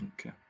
Okay